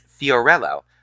Fiorello